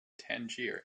tangier